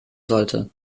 sollte